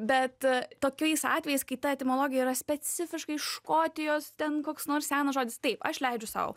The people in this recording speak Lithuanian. bet tokiais atvejais kai ta etimologija yra specifiškai škotijos ten koks nors senas žodis taip aš leidžiu sau